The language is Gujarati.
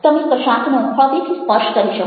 તમે કશાકનો હળવેથી સ્પર્શ કરી શકો